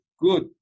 good